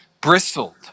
bristled